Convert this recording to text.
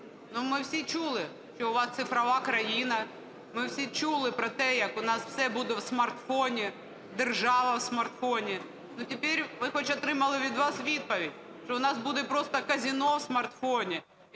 ми всі чули, що у вас цифрова країна. Ми всі чули про те, як у нас все буде в смартфоні, держава в смартфоні. Ну, тепер ми хоч отримали від вас відповідь, що у нас буде просто казино в смартфоні,